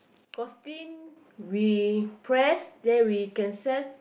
cause tin we press then we can sell